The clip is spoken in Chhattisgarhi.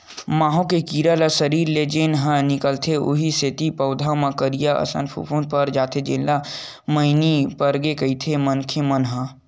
माहो कीरा के सरीर ले जेन रस निकलथे उहीं सेती पउधा म करिया असन फफूंद पर जाथे जेला मइनी परगे कहिथे मनखे मन ह